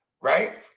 right